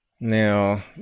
now